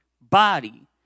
body